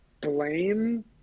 blame